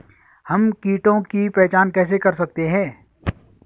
हम कीटों की पहचान कैसे कर सकते हैं?